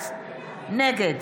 נגד